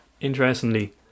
interestingly